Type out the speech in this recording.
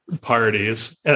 parties